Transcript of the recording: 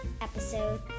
episode